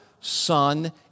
Son